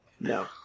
No